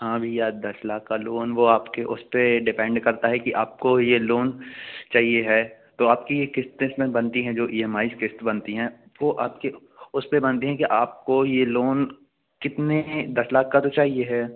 हाँ भैया दस लाख का लोन वह आपके उस पर डिपेंड करता है कि आप को यह लोन चाहिए है तो आपकी यह क़िस्त क़िस्त में बनती हैं जो ई एम आईज क़िस्त बनती हैं वह आपके उस पर बनती है कि आप को यह लोन कितने दस लाख का तो चाहिए है